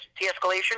de-escalation